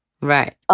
Right